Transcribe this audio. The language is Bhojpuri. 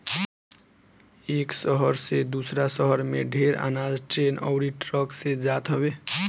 एक शहर से दूसरा शहर में ढेर अनाज ट्रेन अउरी ट्रक से जात हवे